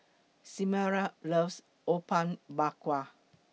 Samira loves Apom Berkuah